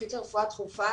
מומחית לרפואה דחופה,